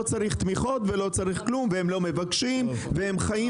צריך תמיכות ולא צריך כלום והם לא מבקשים והם חיים